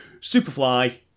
Superfly